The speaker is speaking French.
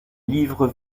livre